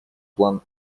план